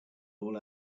all